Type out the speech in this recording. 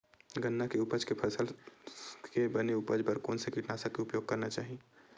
गन्ना के उपज के समय फसल के बने उपज बर कोन से कीटनाशक के उपयोग करना चाहि?